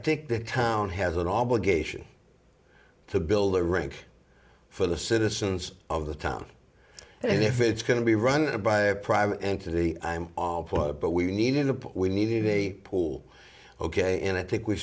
think the town has an obligation to build a rink for the citizens of the town and if it's going to be run by a private entity i'm all for it but we need a pool we need a pool ok and i think we